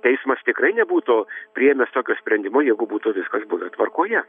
teismas tikrai nebūtų priėmęs tokio sprendimo jeigu būtų viskas buvę tvarkoje